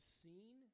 seen